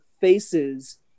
faces